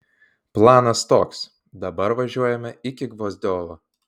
planas toks dabar važiuojame iki gvozdiovo